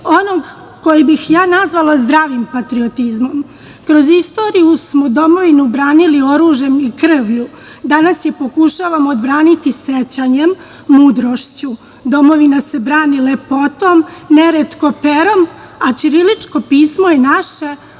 onog kojeg bi ja nazvala zdravog patriotizma. Kroz istoriju smo domovinu branili oružjem i krvlju, danas je pokušavamo odbraniti sećanjem, mudrošću. Domovina se brani lepotom, neretko perom, a ćiriličko pismo je naše,